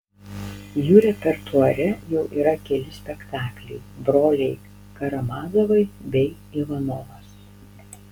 jų repertuare jau yra keli spektakliai broliai karamazovai bei ivanovas